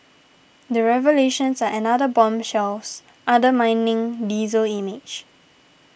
the revelations are another bombshells undermining diesel's image